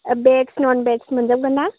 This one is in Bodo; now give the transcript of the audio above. भेज नन भेज मोनजोबगोनना